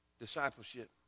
discipleship